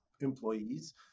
employees